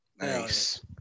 Nice